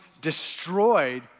destroyed